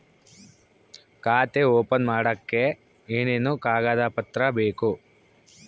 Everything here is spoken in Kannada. ಖಾತೆ ಓಪನ್ ಮಾಡಕ್ಕೆ ಏನೇನು ಕಾಗದ ಪತ್ರ ಬೇಕು?